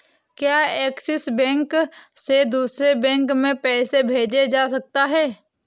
क्या Axis bank से दूसरे बैंक में पैसे भेजे जा सकता हैं?